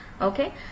Okay